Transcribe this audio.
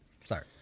Sorry